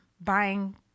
buying